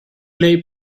lay